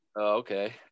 okay